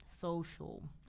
Social